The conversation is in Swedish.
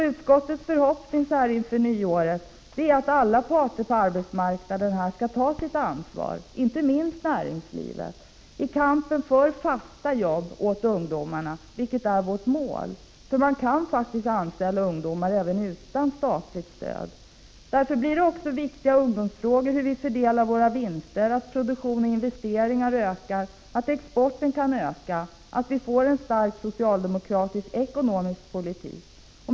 Utskottets förhoppning så här inför nyåret är att alla parter på arbetsmarknaden skall ta sitt ansvar, inte minst näringslivet, i kampen för fasta jobb åt ungdomarna, vilket är vårt mål. Man kan faktiskt anställa ungdomar även utan statligt stöd. Därför blir det också viktiga ungdomsfrågor hur vi fördelar våra vinster, att produktion och investeringar ökar och att exporten ökar — kort sagt att vi får en stark socialdemokratisk ekonomisk politik.